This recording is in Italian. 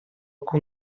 con